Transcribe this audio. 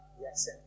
Yes